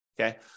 okay